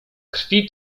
krwi